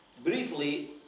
Briefly